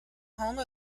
home